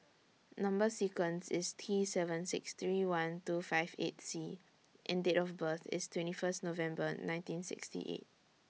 Number sequence IS T seven six three one two five eight C and Date of birth IS twenty First November nineteen sixty eight